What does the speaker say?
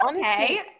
okay